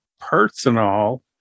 personal